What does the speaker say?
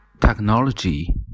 Technology